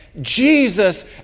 Jesus